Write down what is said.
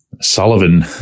Sullivan